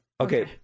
Okay